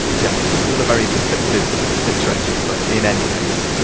yeah, all a very conflicted situation, but in any case,